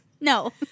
No